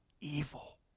evil